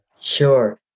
Sure